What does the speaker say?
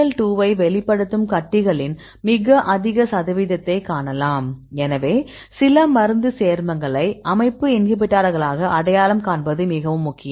Bcl 2 ஐ வெளிப்படுத்தும் கட்டிகளின் மிக அதிக சதவீதத்தை காணலாம் எனவே சில மருந்து சேர்மங்களை அமைப்பு இன்ஹிபிட்டார்களாக அடையாளம் காண்பது மிகவும் முக்கியம்